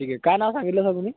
ठीक आहे काय नाव सांगितलं सर तुम्ही